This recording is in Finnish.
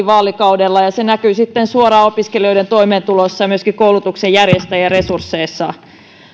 vaalikaudella ja se näkyy sitten suoraan opiskelijoiden toimeentulossa ja myöskin koulutuksen järjestäjäresursseissa